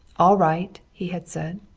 all right, he had said.